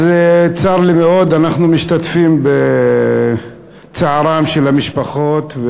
צר לי מאוד, ואנחנו משתתפים בצערן של המשפחות.